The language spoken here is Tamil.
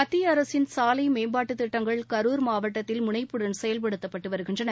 மத்திய அரசின் சாலை மேம்பாட்டுத் திட்டங்கள் கரூர் மாவட்டத்தில் முனைப்புடன் செயல்படுத்தப்பட்டு வருகின்றன